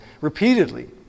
repeatedly